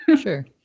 Sure